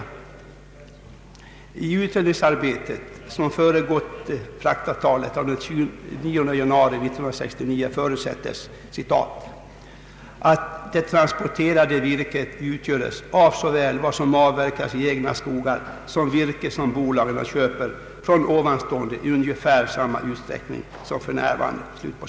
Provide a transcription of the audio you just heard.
I det utredningsarbete som har föregått fraktavtalet av den 29 januari 1969 förutsättes, ”att det transporterade virket utgöres av såväl vad som avverkas i egna skogar som virke, som bolagen köper från utomstående i ungefär samma utsträckning som f. n.”.